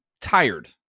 tired